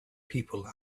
people